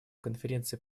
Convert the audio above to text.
конференции